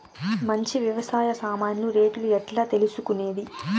మంచి వ్యవసాయ సామాన్లు రేట్లు ఎట్లా తెలుసుకునేది?